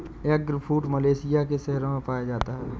eggfruit Malaysia के शहरों में पाया जाता है